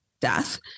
death